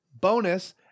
bonus